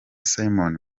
simon